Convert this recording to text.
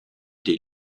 des